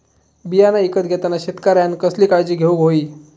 बियाणा ईकत घेताना शेतकऱ्यानं कसली काळजी घेऊक होई?